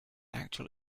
actual